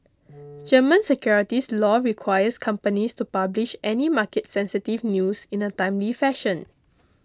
German securities law requires companies to publish any market sensitive news in a timely fashion